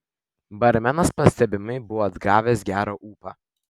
barmenas pastebimai buvo atgavęs gerą ūpą